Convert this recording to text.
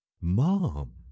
Mom